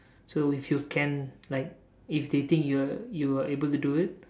so if you can like if they think you are you are able to do it